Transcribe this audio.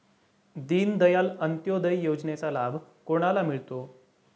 दीनदयाल अंत्योदय योजनेचा लाभ कोणाला मिळतो?